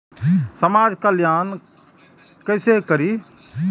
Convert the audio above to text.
समाज कल्याण केसे करी?